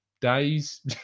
days